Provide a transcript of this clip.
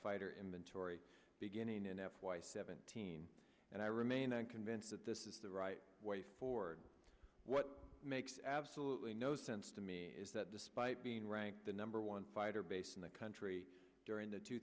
fighter inventory beginning in f y seventeen and i remain unconvinced that this is the right way forward what makes absolutely no sense to me is that despite being ranked the number one fighter base in the country during the two